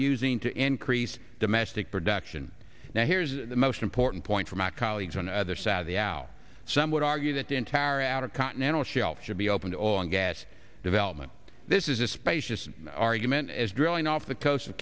using to increase domestic production now here's the most important point for my colleagues on the other side of the al some would argue that the entire outer continental shelf should be open to all and gas development this is a spacious argument as drilling off the coast of